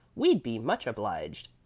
we'd be much obliged.